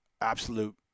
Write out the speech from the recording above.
absolute